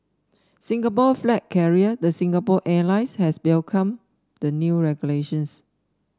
Singapore flag carrier the Singapore Airlines has welcomed the new regulations